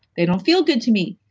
they don't feel good to me.